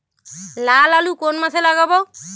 লাল আলু কোন মাসে লাগাব?